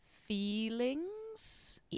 feelings